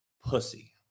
pussy